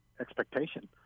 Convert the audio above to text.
expectation